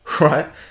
Right